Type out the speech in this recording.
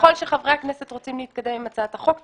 ככל שחברי הכנסת רוצים להתקדם עם הצעת החוק,